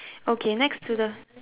okay next to the